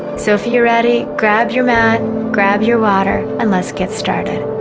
so if you're ready grab your mat grab your water and lets get started